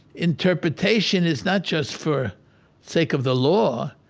interpretation is not just for sake of the law.